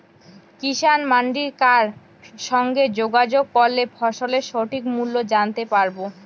কিষান মান্ডির কার সঙ্গে যোগাযোগ করলে ফসলের সঠিক মূল্য জানতে পারবো?